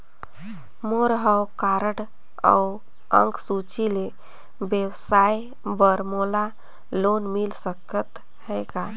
मोर हव कारड अउ अंक सूची ले व्यवसाय बर मोला लोन मिल सकत हे का?